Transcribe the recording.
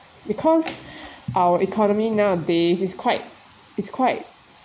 because our economy nowadays is quite is quite